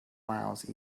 miles